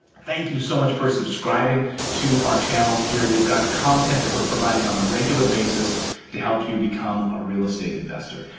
thank you so much for subscribing to our channel here. we've got content that we're providing on a regular basis to help you become a real estate investor.